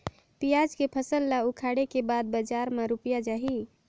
पियाज के फसल ला उखाड़े के बाद बजार मा रुपिया जाही?